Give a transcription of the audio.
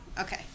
Okay